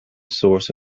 source